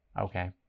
okay